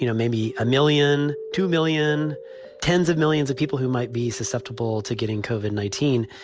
you know maybe a million, two million tens of millions of people who might be susceptible to getting cauvin nineteen.